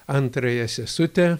antrąją sesutę